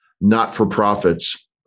not-for-profits